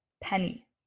penny